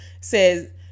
Says